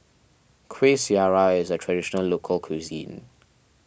Kueh Syara is a Traditional Local Cuisine